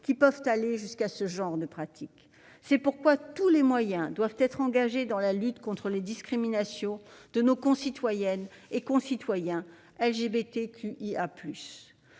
pouvant aller jusqu'à ce genre de pratiques. C'est pourquoi tous les moyens doivent être engagés dans la lutte contre les discriminations de nos concitoyennes et concitoyens LGBTQIA+.